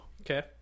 Okay